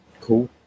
Cool